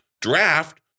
draft